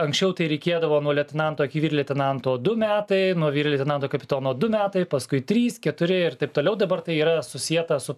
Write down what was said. anksčiau tai reikėdavo nuo leitenanto iki vyr leitenanto du metai nuo vyr leitenanto kapitono du metai paskui trys keturi ir taip toliau dabar tai yra susieta su